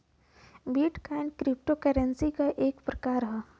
bit coin cryptocurrency क एक प्रकार हौ